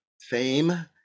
fame